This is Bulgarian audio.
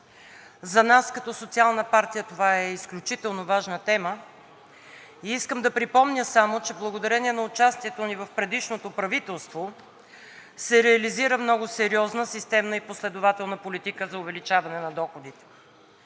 За нас като социална партия това е изключително важна тема и искам да припомня само, че благодарение на участието ни в предишното правителство се реализира много сериозна, системна и последователна политика за увеличаване на доходите.